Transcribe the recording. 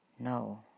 No